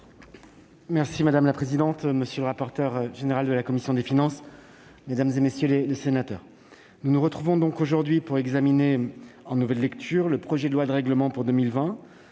Madame la présidente, monsieur le rapporteur général de la commission des finances, mesdames, messieurs les sénateurs, nous nous retrouvons aujourd'hui pour examiner, en nouvelle lecture, le projet de loi de règlement que vous